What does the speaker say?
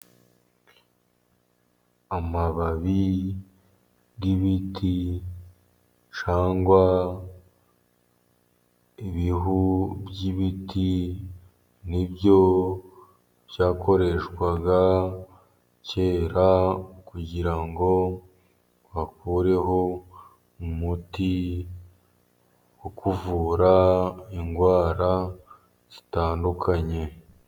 Amababi y'ibiti cyangwa ibihu by'ibiti nibyo byakoreshwaga kera, kugira bakureho umuti wo kuvura indwara zitandukanye.